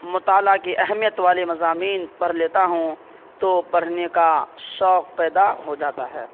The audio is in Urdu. مطالعہ کی اہمیت والے مضامین پڑھ لیتا ہوں تو پڑھنے کا شوق پیدا ہو جاتا ہے